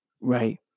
right